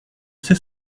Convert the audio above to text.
sait